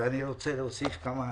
ורוצה להוסיף כמה